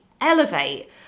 elevate